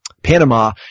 Panama